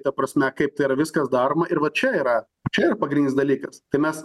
ta prasme kaip tai yra viskas daroma ir va čia yra čia yra pagrindinis dalykas tai mes